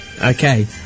Okay